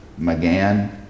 McGann